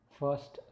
first